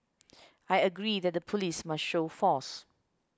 I agree that the police must show force